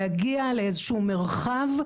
להגיע לאיזשהו מרחב,